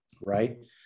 Right